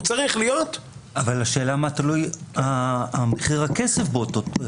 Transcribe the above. הוא צריך להיות --- אבל השאלה היא מה מחיר הכסף באותה תקופה.